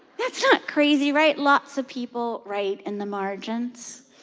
that's not crazy, right? lots of people write in the margins.